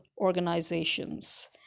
organizations